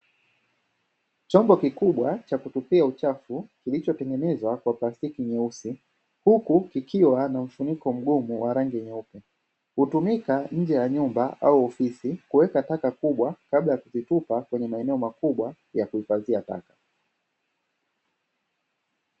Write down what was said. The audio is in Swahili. Chombo kikubwa cha kutupia uchafu kilichotengenezwa kwa plastiki nyeusi, huku kikiwa na mfuniko mgumu wa rangi nyeupe, hutumika nje ya nyumba au ofisi kuweka taka kubwa kabla ya kuzitupa kwenye maeneo makubwa ya kuhifadhia taka.